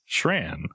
Shran